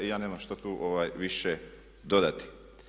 Ja nemam što tu više dodati.